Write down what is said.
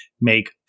make